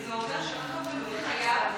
זה אומר שרכב מנועי חייב להיות מבוטח,